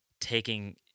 taking